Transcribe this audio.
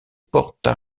porta